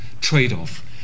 trade-off